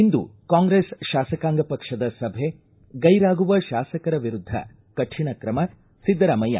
ಇಂದು ಕಾಂಗ್ರೆಸ್ ಶಾಸಕಾಂಗ ಪಕ್ಷದ ಸಭೆ ಗೈರಾಗುವ ಶಾಸಕರ ವಿರುದ್ದ ಕಠಿಣ ಕ್ರಮ ಸಿದ್ದರಾಮಯ್ಯ